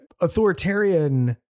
authoritarian